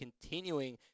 continuing